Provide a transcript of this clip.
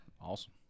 Awesome